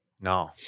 No